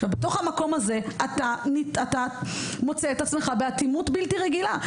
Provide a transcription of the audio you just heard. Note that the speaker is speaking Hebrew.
מתוך המקום הזה אתה מוצא את עצמך באטימות בלתי רגילה.